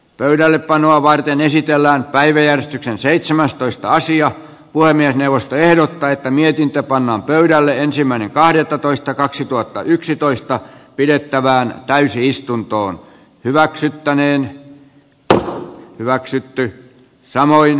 pöydällepanoa varten esitellään päiviä seitsemästoista sija puhemiesneuvosto ehdottaa valtiovarainvaliokunnan mietintö pannaan pöydälle ensimmäinen kahdettatoista kaksituhattayksitoista pidettävään täysistuntoon hyväksyttäneen jo hyväksytty samoin